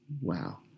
Wow